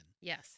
Yes